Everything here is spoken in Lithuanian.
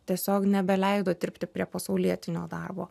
tiesiog nebeleido dirbti prie pasaulietinio darbo